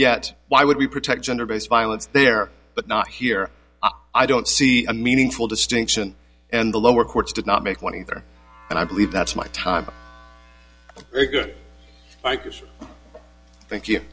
yet why would we protect gender based violence there but not here i don't see a meaningful distinction and the lower courts did not make one either and i believe that's my time like yours thank you